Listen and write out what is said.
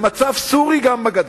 למצב סורי גם בגדה.